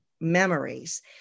memories